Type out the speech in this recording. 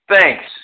Thanks